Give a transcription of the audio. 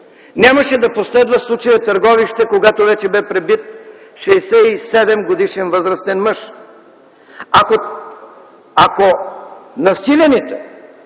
нямаше да последва случаят Търговище, когато вече бе пребит 67-годишен, възрастен мъж. Ако насилените